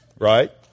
right